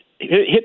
hit